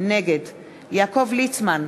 נגד יעקב ליצמן,